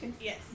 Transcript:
Yes